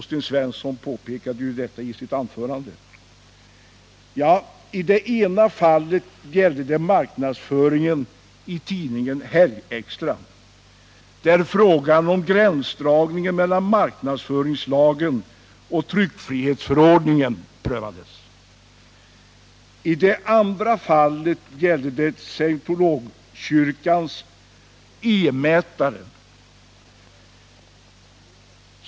Sten Svensson påpekade ju också detta i sitt anförande. I det ena fallet gällde det marknadsföringen i tidningen Helgextra, varvid frågan om gränsdragningen mellan marknadsföringslagen och tryckfrihetsförordningen prövades. I det andra fallet gällde det Scientologkyrkans E-mätare.